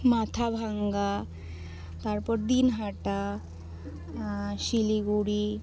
মাথাভাঙ্গা তারপর দিনহাটা শিলিগুড়ি